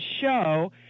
show